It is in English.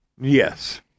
Yes